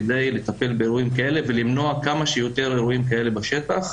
כדי לטפל באירועים כאלה ולמנוע כמה שיותר אירועים כאלה בשטח.